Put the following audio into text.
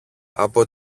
από